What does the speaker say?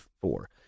four